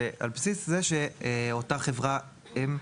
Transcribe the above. זה על בסיס זה שאותה חברת אם,